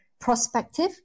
prospective